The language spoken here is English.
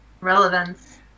relevance